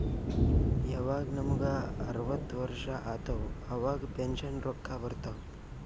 ಯವಾಗ್ ನಮುಗ ಅರ್ವತ್ ವರ್ಷ ಆತ್ತವ್ ಅವಾಗ್ ಪೆನ್ಷನ್ ರೊಕ್ಕಾ ಬರ್ತಾವ್